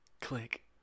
Click